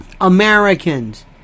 Americans